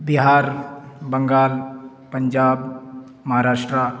Bihar Bengal Punjab Maharashtra